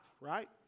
right